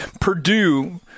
Purdue